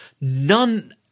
None